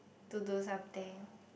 to do something